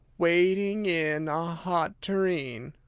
waiting in a hot tureen!